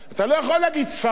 אתה לא יכול להגיד ספרד,